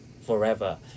forever